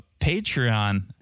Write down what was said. Patreon